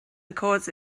accords